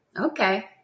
okay